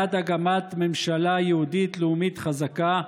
בעד הקמת ממשלה יהודית לאומית חזקה,